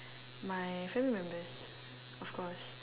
my family members of course